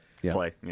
Play